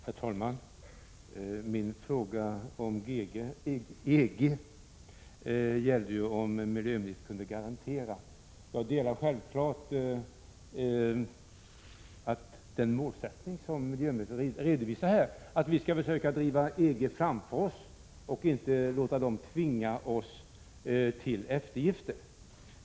Herr talman! Min fråga om EG gällde ju om miljöministern kunde ge en garanti. Jag delar självfallet den målsättning som miljöministern redovisar här — att vi skall försöka driva EG framför oss och inte låta EG tvinga oss till eftergifter.